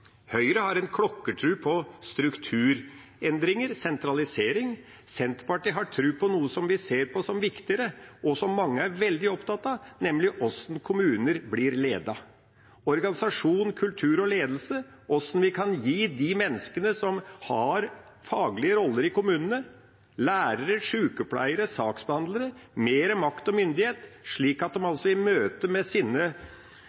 Høyre har klokkertro på strukturendringer og sentralisering. Senterpartiet har tro på noe som vi ser på som viktigere, og som mange er veldig opptatt av, nemlig hvordan kommuner blir ledet. Det gjelder organisasjon, kultur og ledelse, hvordan vi kan gi de menneskene som har faglige roller i kommunene – lærere, sykepleiere, saksbehandlere – mer makt og myndighet, slik at